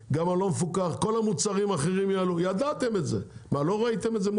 האחרים גם הלא מפוקחים יעלו, ידעתם את זה, אמרתי